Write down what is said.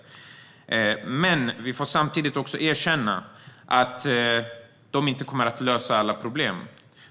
Men vi får samtidigt erkänna att de inte kommer att lösa alla problem.